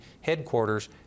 headquarters